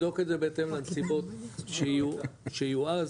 בהתאם לנסיבות שיהיו אז,